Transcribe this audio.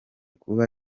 kuba